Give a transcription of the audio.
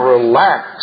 Relax